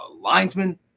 linesmen